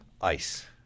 ICE